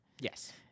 Yes